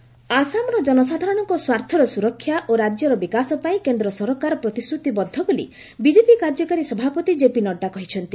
Nadda Assam CAA ଆସାମର ଜନସାଧାରଣଙ୍କ ସ୍ୱାର୍ଥର ସୁରକ୍ଷା ଓ ରାଜ୍ୟର ବିକାଶ ପାଇଁ କେନ୍ଦ୍ର ସରକାର ପ୍ରତିଶ୍ରତିବଦ୍ଧ ବୋଲି ବିଜେପି କାର୍ଯ୍ୟକାରୀ ସଭାପତି ଜେପି ନଡ୍ରା କହିଛନ୍ତି